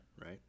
right